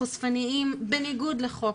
וחושפניים, בניגוד לחוק,